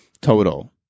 total